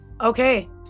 okay